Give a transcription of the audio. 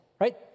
right